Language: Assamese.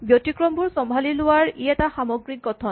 ব্যতিক্ৰমবোৰ চম্ভালি লোৱাৰ ই এটা সামগ্ৰিক গঠন